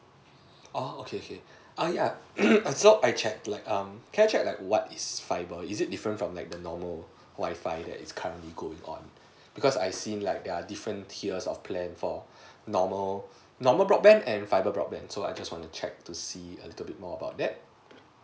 oo okay okay err yeah so I checked like um can I check like what is fibre is it different from like the normal wifi that is currently going on because I see like there are different tiers of plan for normal normal broadband and fibre broadband so I just wanna check to see a little bit more about that